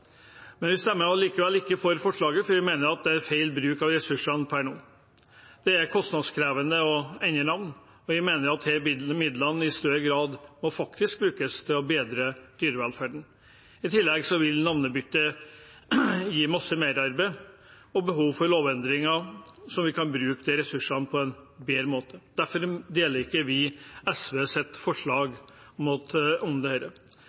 Vi stemmer likevel ikke for forslaget, for vi mener det er feil bruk av ressursene per nå. Det er kostnadskrevende å endre navn, og vi mener at midlene i større grad bør brukes til å bedre dyrevelferden. I tillegg vil et navnebytte gi masse merarbeid og behov for lovendringer. Vi kan bruke ressursene på en bedre måte. Derfor støtter ikke vi SVs forslag om dette. Vi støtter heller ikke SVs forslag om